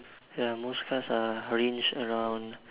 ya most cars are ranged about